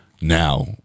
Now